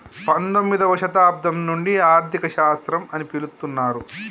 పంతొమ్మిదవ శతాబ్దం నుండి ఆర్థిక శాస్త్రం అని పిలుత్తున్నరు